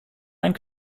einen